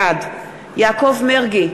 בעד יעקב מרגי,